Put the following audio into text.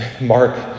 Mark